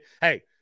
hey